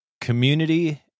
community